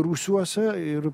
rūsiuose ir